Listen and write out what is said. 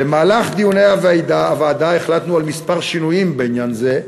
במהלך דיוני הוועדה החלטנו על מספר שינויים בעניין זה,